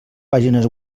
pàgines